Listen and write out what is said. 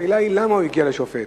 השאלה היא, למה הוא הגיע לשופט?